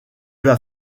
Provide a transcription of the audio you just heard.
vas